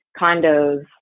condos